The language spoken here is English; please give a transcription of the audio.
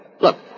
Look